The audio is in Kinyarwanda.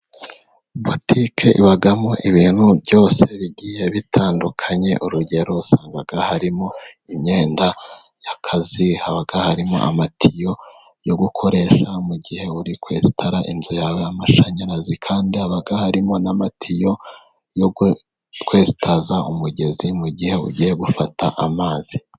Butike ibamo ibintu byose bigiye bitandukanye. Urugero wasanga harimo imyenda y'akazi, haba harimo amatiyo yo gukoresha mu gihe, uri kwensitarara inzu yawe mo amashanyarazi. Kandi haba harimo n'amatiyo yo gu nkwesitaza umugezi mu gihe ugiye gufata amazi.